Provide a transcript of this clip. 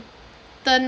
turn